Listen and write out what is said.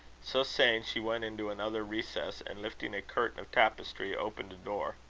so saying, she went into another recess, and, lifting a curtain of tapestry, opened a door.